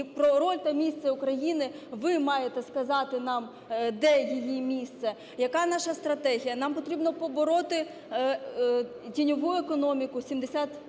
І про роль та місце України ви маєте сказати нам, де її місце, яка наша стратегія. Нам потрібно побороти тіньову економіку, 70